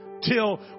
Till